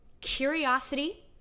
curiosity